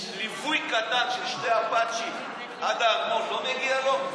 ליווי קטן של שני אפאצ'י עד הארמון לא מגיע לו?